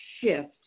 shift